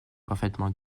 parfaitement